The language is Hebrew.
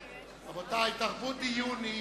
רבותי, תרבות דיון היא